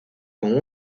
con